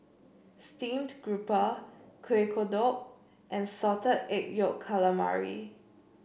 Steamed Grouper Kueh Kodok and Salted Egg Yolk Calamari